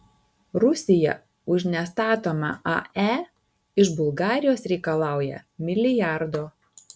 rusija už nestatomą ae iš bulgarijos reikalauja milijardo